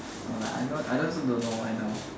no but I not I then also don't know why now